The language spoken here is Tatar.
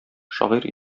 шагыйрь